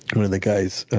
one of the guys